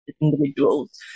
individuals